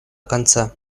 конца